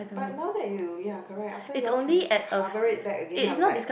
but now that you ya correct after you all discover it back again I was like